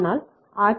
ஆனால் ஆர்